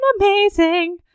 amazing